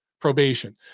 Probation